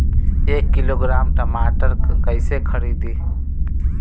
एक किलोग्राम टमाटर कैसे खरदी?